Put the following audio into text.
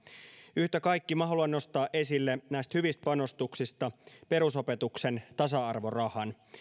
yhtä kaikki minä haluan nostaa esille näistä hyvistä panostuksista perusopetuksen tasa arvorahan